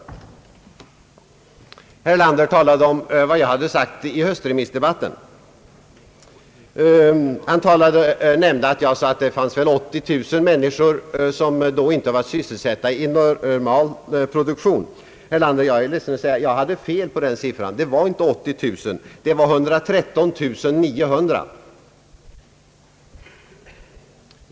Herr Erlander talade om vad jag hade sagt vid höstens remissdebatt. Han nämnde att jag sagt, att det fanns 80 000 människor som då inte var sysselsatta i normal produktion. Jag är ledsen att säga att jag hade fel — det var inte 80 000, det var 113 900!